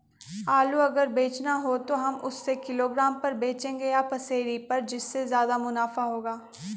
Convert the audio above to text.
आलू अगर बेचना हो तो हम उससे किलोग्राम पर बचेंगे या पसेरी पर जिससे ज्यादा मुनाफा होगा?